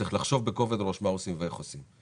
צריך לחשוב בכובד ראש מה עושים ואיך עושים.